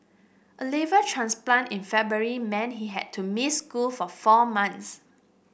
a liver transplant in February meant he had to miss school for four months